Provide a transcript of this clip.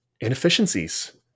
inefficiencies